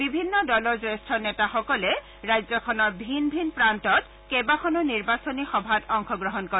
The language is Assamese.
বিভিন্ন দলৰ জ্যেষ্ঠ নেতাসকলে ৰাজ্যখনৰ ভিন ভিন প্ৰান্তত কেইবাখনো নিৰ্বাচনী সভাত অংশ গ্ৰহণ কৰে